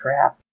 crap